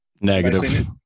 Negative